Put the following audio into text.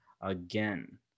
again